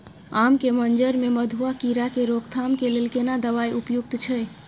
आम के मंजर में मधुआ कीरा के रोकथाम के लेल केना दवाई उपयुक्त छै?